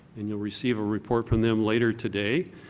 and you know received a report from them later today,